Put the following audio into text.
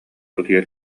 утуйар